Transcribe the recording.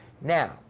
Now